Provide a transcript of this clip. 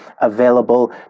available